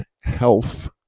Health